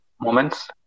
moments